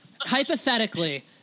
hypothetically